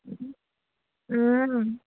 ও